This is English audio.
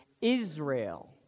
Israel